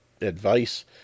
advice